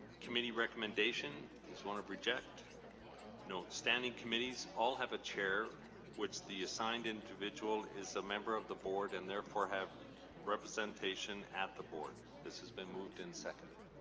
committee recommendation is one of reject no standing committees all have a chair which the assigned individual is a member of the board and therefore have representation at the board this has been moved and seconded